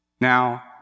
Now